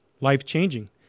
life-changing